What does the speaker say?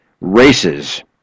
races